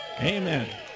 Amen